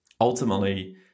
ultimately